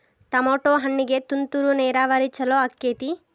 Tomato ಹಣ್ಣಿಗೆ ತುಂತುರು ನೇರಾವರಿ ಛಲೋ ಆಕ್ಕೆತಿ?